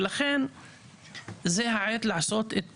ולכן זו העת לעשות את הכול.